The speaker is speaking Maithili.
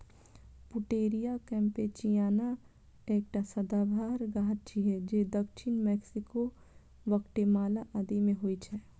पुटेरिया कैम्पेचियाना एकटा सदाबहार गाछ छियै जे दक्षिण मैक्सिको, ग्वाटेमाला आदि मे होइ छै